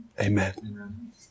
Amen